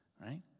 right